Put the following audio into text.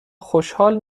خوشحال